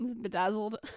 Bedazzled